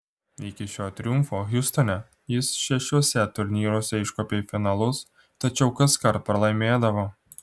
iki šio triumfo hjustone jis šešiuose turnyruose iškopė į finalus tačiau kaskart pralaimėdavo